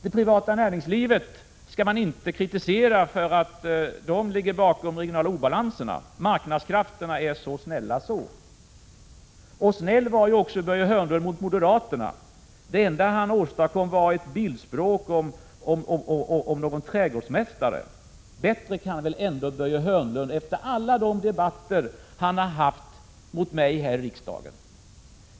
Det privata näringslivet skall man inte kritisera för att ligga bakom de regionala obalanserna — marknadskrafterna är så snälla. Och snäll var också Börje Hörnlund mot moderaterna. Det enda han åstadkom var ett bildspråk om någon trädgårdsmästare. Bättre kan väl ändå Börje Hörnlund efter alla de debatter han har haft mot mig här i riksdagen!